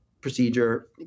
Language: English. procedure